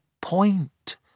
point